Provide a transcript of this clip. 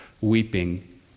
weeping